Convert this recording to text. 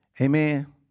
Amen